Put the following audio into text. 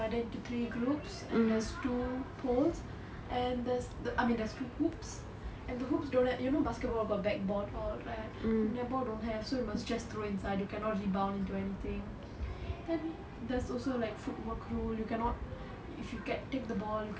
divided into three groups and there's two poles and there's I mean there's two hoops and the hoops don't like you know basketball got backboard all right netball don't have so you must just throw inside you cannot rebound into anything then there's also like footwork rule you cannot if you take the ball